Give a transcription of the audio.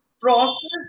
process